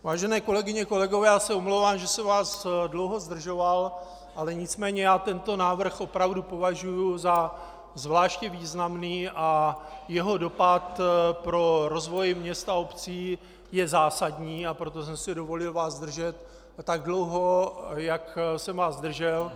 Vážené kolegyně, kolegové, já se omlouvám, že jsem vás dlouho zdržoval, nicméně já tento návrh opravdu považuji za zvláště významný a jeho dopad pro rozvoj měst a obcí je zásadní, a proto jsem si dovolil vás zdržet tak dlouho, jak jsem vás zdržel.